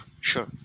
sure